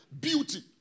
beauty